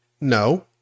No